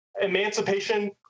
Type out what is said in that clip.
emancipation